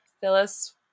Phyllis